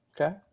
Okay